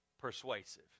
Persuasive